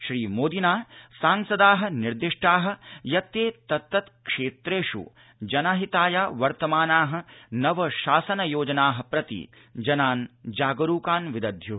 श्रीमोदिना स्वदलीय सांसदा निर्दिष्टा यत् ते तत्तत्क्षेत्रेष् जनहिताय वर्तमाना नव शासन योजना प्रति जनान् जागरूकान् कुर्यु